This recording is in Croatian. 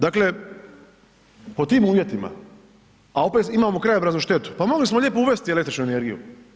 Dakle pod tim uvjetima a opet imamo krajobraznu štetu, pa mogli smo lijepi uvesti električnu energiju.